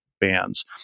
bands